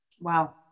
Wow